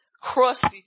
crusty